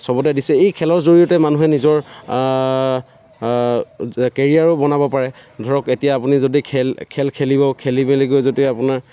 চবতে দিছে এই খেলৰ জৰিয়তে মানুহে নিজৰ কেৰিয়াৰো বনাব পাৰে ধৰক এতিয়া আপুনি যদি খেল খেল খেলিব খেলি মেলিকৈ যদি আপোনাৰ